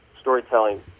storytelling